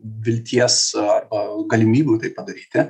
vilties arba galimybių tai padaryti